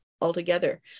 altogether